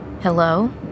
Hello